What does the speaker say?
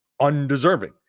undeserving